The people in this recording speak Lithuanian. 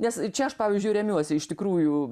nes čia aš pavyzdžiui remiuosi iš tikrųjų